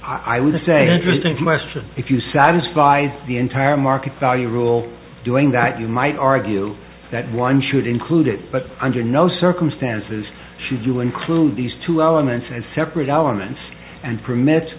s i would say interesting question if you satisfy the entire market value rule doing that you might argue that one should include it but under no circumstances should you include these two elements as separate aliments and permits